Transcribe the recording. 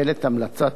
הפרקליטות בעניין זה.